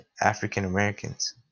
african-americans